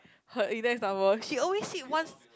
her index number she always sit once